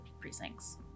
precincts